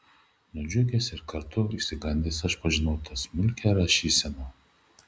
nudžiugęs ir kartu išsigandęs aš pažinau tą smulkią rašyseną